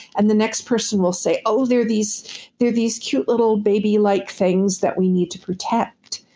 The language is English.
and the next person will say, oh, they're these they're these cute little baby-like things that we need to protect.